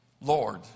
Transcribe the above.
Lord